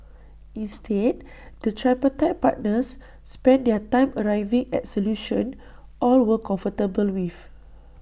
instead the tripartite partners spent their time arriving at solutions all were comfortable with